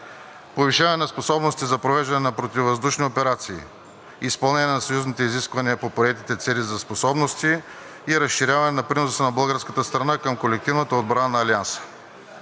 повишаване на способностите за провеждане на противовъздушни операции; - изпълнение на съюзните изисквания по приетите Цели за способности и разширяване на приноса на българската страна към колективната отбрана на Алианса;